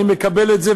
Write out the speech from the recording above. אני מקבל את זה,